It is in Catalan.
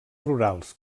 rurals